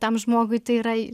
tam žmogui tai yra